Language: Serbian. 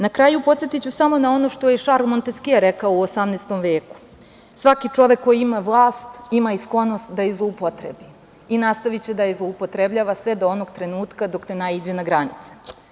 Na kraju, podsetiću samo na ono što je Šarl Monteskje rekao u 18. veku - Svaki čovek koji ima vlast, ima i sklonost da je zloupotrebi i nastaviće da je zloupotrebljava sve do onog trenutka dok ne naiđe na granice.